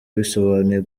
bisobanuye